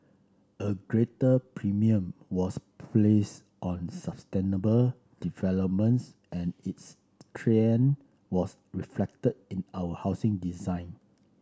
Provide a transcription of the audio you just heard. a greater premium was placed on sustainable developments and this trend was reflected in our housing design